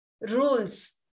rules